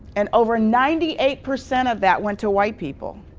and over ninety eight percent of that went to white people.